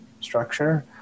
structure